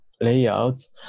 layouts